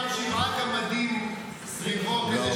תמיד היה חייב שבעה גמדים סביבו כדי שידעו שהוא חכם.